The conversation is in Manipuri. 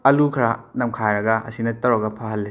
ꯑꯥꯂꯨ ꯈꯔ ꯅꯝꯈꯥꯏꯔꯒ ꯑꯁꯨꯝꯅ ꯇꯧꯔꯒ ꯐꯍꯜꯂꯤ